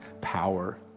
power